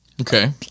Okay